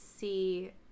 see